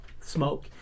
smoke